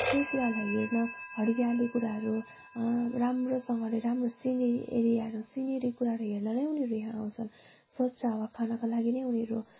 त्यही कुराहरूलाई हेर्न हरियाली कुराहरू राम्रोसँगले राम्रो सिनेरी एरियाहरू सिनेरी कुराहरू हेर्नलाई उनीहरू यहाँ आउँछन् स्वच्छ हावा खानको लागि नै उनीहरू